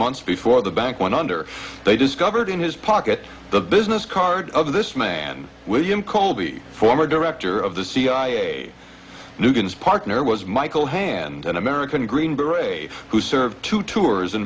months before the bank went under they discovered in his pocket the business card of this man william colby former director of the cia a new partner was michael hand an american green berets who served two tours in